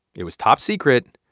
it was top secret,